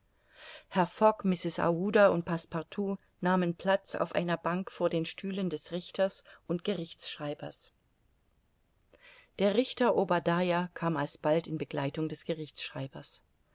herr fogg mrs aouda und passepartout nahmen platz auf einer bank vor den stühlen des richters und gerichtsschreibers der richter obadiah kam alsbald in begleitung des